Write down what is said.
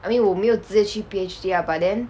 I mean 我没有直接去 PhD lah but then